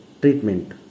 treatment